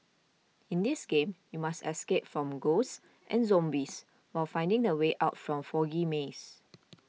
in this game you must escape from ghosts and zombies while finding the way out from foggy maze